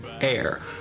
Air